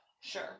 sure